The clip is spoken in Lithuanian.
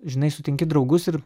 žinai sutinki draugus ir